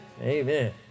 Amen